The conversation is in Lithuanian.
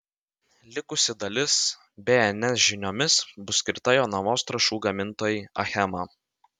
likusi dalis bns žiniomis bus skirta jonavos trąšų gamintojai achema